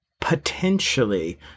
potentially